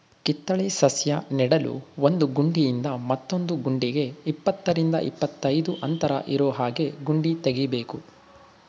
ಕಿತ್ತಳೆ ಸಸ್ಯ ನೆಡಲು ಒಂದು ಗುಂಡಿಯಿಂದ ಮತ್ತೊಂದು ಗುಂಡಿಗೆ ಇಪ್ಪತ್ತರಿಂದ ಇಪ್ಪತ್ತೈದು ಅಂತರ ಇರೋಹಾಗೆ ಗುಂಡಿ ತೆಗಿಬೇಕು